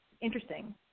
interesting